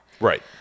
Right